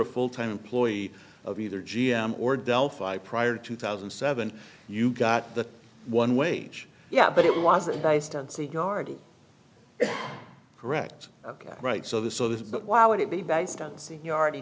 a full time employee of either g m or delphi prior two thousand and seven you got the one wage yeah but it wasn't based on seniority correct ok right so this so this but why would it be based on seniority